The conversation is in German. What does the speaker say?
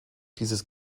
dieses